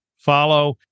follow